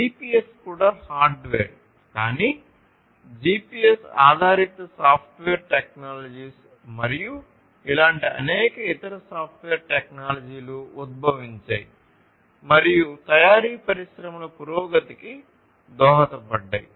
GPS కూడా hardware కానీ GPS ఆధారిత సాఫ్ట్వేర్ టెక్నాలజీస్ మరియు ఇలాంటి అనేక ఇతర సాఫ్ట్వేర్ టెక్నాలజీలు ఉద్భవించాయి మరియు తయారీ పరిశ్రమల పురోగతికి దోహదపడ్డాయి